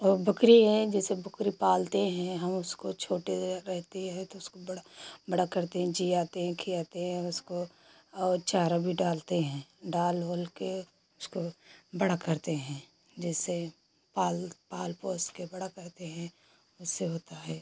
और बकरी हैं जैसे बकरी पालते हैं हम उसको छोटे या रहती है तो उसको बड़ा बड़ा करते हैं जियाते हैं खियाते हैं हम उसको और चारा भी डालते हैं डाल ओल के उसको बड़ा करते हैं जैसे पाल पाल पोस के बड़ा करते हैं उससे होता है